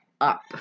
up